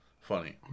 Funny